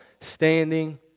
standing